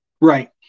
Right